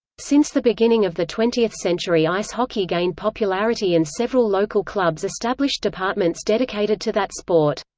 since the beginning of the twentieth century ice hockey gained popularity and several local clubs established departments dedicated to that sport.